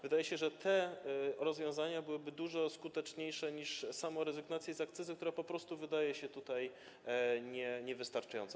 Wydaje się, że te rozwiązania byłyby dużo skuteczniejsze niż sama rezygnacja z akcyzy, która po prostu wydaje się tutaj niewystarczająca.